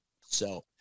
So-